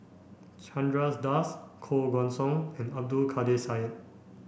Chandra Das Koh Guan Song and Abdul Kadir Syed